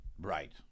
Right